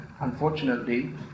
unfortunately